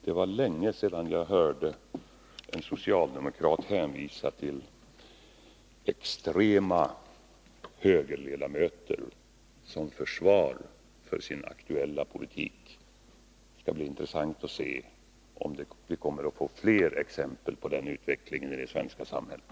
Det var länge sedan jag hörde en socialdemokrat hänvisa till extrema högerledamöter som försvar för sin aktuella politik. Det skall bli intressant att se om vi kommer att få fler exempel på den utvecklingen i det svenska samhället.